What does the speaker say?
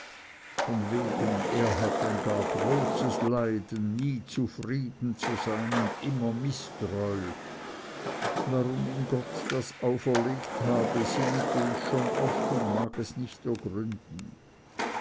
von wegen er hat ein gar großes leiden nie zufrieden zu sein und immer mißtreun warum ihm das gott auferlegt habe sinnete ich schon oft und mag es doch nicht ergründen